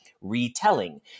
Retelling